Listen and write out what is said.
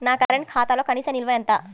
నా కరెంట్ ఖాతాలో కనీస నిల్వ ఎంత?